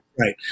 right